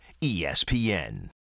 ESPN